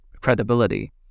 credibility